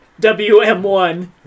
WM1